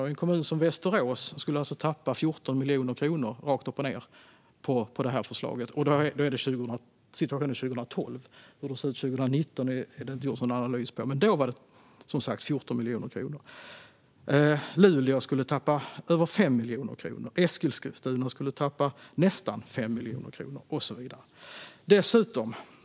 Med det här förslaget skulle en kommun som Västerås tappa 14 miljoner kronor rakt upp och ned. Sådan var situationen 2012. Det har inte gjorts någon analys av hur det skulle se ut 2019. Men då var det 14 miljoner kronor. Luleå skulle tappa över 5 miljoner kronor. Eskilstuna skulle tappa nästan 5 miljoner kronor och så vidare.